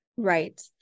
Right